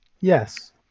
Yes